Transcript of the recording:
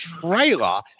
trailer